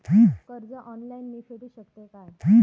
कर्ज ऑनलाइन मी फेडूक शकतय काय?